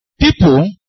People